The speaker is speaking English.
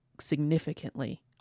Significantly